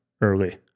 early